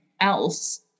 else